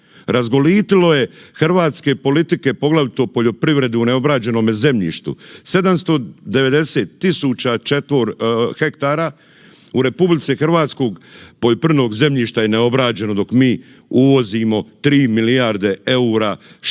Razgolitilo je hrvatske politike poglavito poljoprivredu u neobrađenome zemljištu, 790.000 hektara u RH poljoprivrednog zemljišta je neobrađeno dok mi uvozimo 3 milijarde EUR-a štetnih